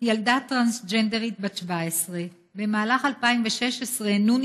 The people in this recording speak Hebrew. ילדה טרנסג'נדרית בת 17. במהלך 2016 נ'